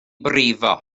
brifo